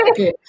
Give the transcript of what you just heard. Okay